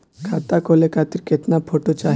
खाता खोले खातिर केतना फोटो चाहीं?